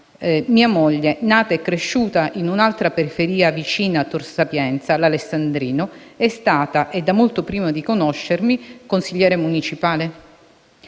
mia moglie, nata e cresciuta in un'altra periferia vicina a Tor Sapienza (l'Alessandrino), è stata, e da molto prima di conoscermi, consigliere municipale?